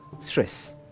stress